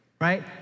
right